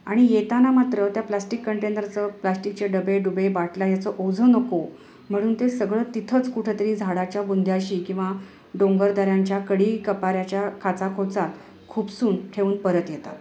आणि येताना मात्र त्या प्लास्टिक कंटेनरचं प्लास्टिकचे डबेडुबे बाटल्या याचं ओझं नको म्हणून ते सगळं तिथंच कुठंतरी झाडाच्या बुंध्याशी किंवा डोंगरदऱ्यांच्या कडीकपाऱ्याच्या खाचा खोचात खूपसून ठेवून परत येतात